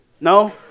No